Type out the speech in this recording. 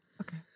okay